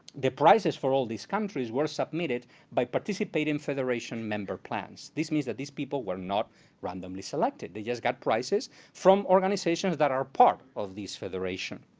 the prices for all these countries were submitted by participating federation member plans. this means that these people were not randomly selected, they just got prices from organizations that are part of these federation.